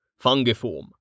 Fungiform